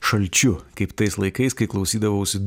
šalčiu kaip tais laikais kai klausydavausi